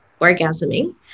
orgasming